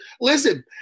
listen